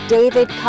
David